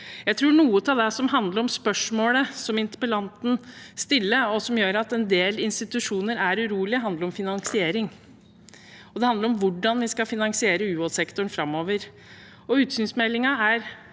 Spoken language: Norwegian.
Jeg tror noe av spørsmålet som interpellanten stiller, og som gjør at en del institusjoner er urolige, handler om finansiering, og det handler om hvordan vi skal finansiere UH-sektoren framover.